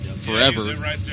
forever